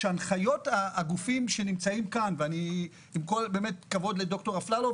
עם כל הכבוד לד"ר אפללו,